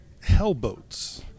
Hellboats